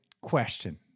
question